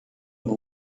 know